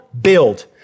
build